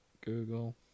Google